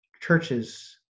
churches